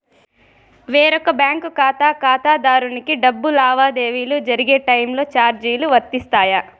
వేరొక బ్యాంకు ఖాతా ఖాతాదారునికి డబ్బు లావాదేవీలు జరిగే టైములో చార్జీలు వర్తిస్తాయా?